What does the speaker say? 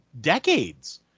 decades